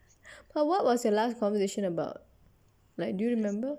but what was your last conversation about like do you remember